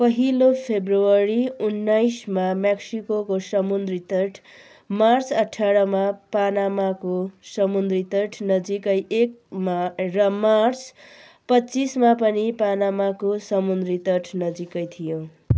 पहिलो फेब्रुअरी उन्नाइसमा मेक्सिकोको समुद्री तट मार्च अठारमा पानामाको समुद्रीतट नजिकै र मार्च पच्चिसमा पनि पानामाको समुद्रीतट नजिकै थियो